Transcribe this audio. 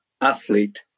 athlete